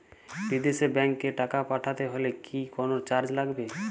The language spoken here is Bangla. বিদেশের ব্যাংক এ টাকা পাঠাতে হলে কি কোনো চার্জ লাগবে?